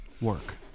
work